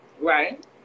Right